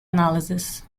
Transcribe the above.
analysis